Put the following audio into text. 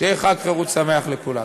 שיהיה חג חירות שמח לכולם.